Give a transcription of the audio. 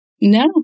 No